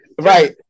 Right